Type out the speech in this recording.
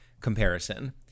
comparison